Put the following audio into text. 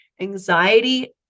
anxiety